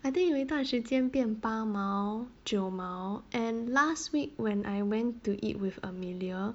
I think 有一段时间变八毛九毛 and last week when I went to eat with amelia